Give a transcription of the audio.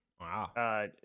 Wow